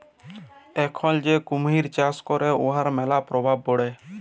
এখল যে কুমহির চাষ ক্যরে উয়ার ম্যালা পরভাব পড়ে